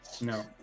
No